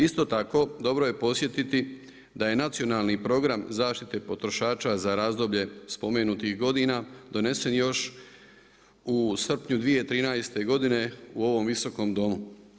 Isto tako dobro je podsjetiti da je Nacionalni program zaštite potrošača za razdoblje spomenutih godina donesen još u srpnju 2013. godine u ovom Visokom domu.